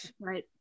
right